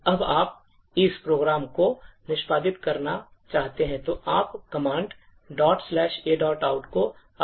जब आप इस प्रोग्राम को निष्पादित करना चाहते हैं तो आप कमांड aout को अपने shell से चलाते हैं